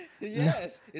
Yes